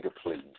please